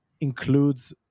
includes